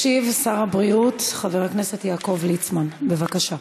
ישיב שר הבריאות יעקב ליצמן, בבקשה.